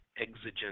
exigent